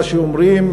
מה שאומרים,